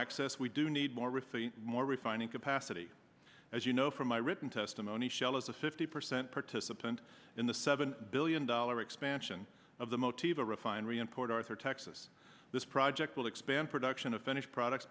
access we do need more with the more refining capacity as you know from my written testimony shell is a fifty percent participant in the seven billion dollar expansion of the motif a refinery in port arthur texas this project will expand production of finished products